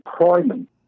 employment